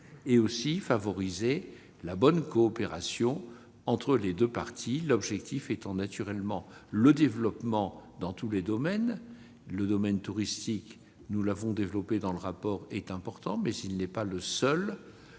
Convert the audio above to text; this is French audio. résolu, favorisant la bonne coopération entre les deux parties, l'objectif étant naturellement le développement dans tous les domaines. Le tourisme, que nous avons évoqué dans le rapport, est important, mais ce n'est pas le seul